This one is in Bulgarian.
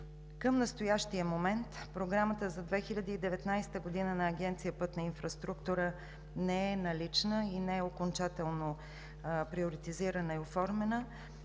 Към настоящия момент програмата за 2019 г. на Агенция „Пътна инфраструктура“ не е налична и не е окончателно приоритизирана и оформена,